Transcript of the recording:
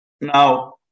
Now